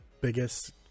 biggest